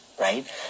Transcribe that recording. right